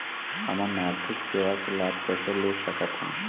हमन आरथिक सेवा के लाभ कैसे ले सकथन?